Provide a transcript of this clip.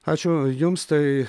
ačiū jums tai